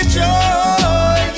joy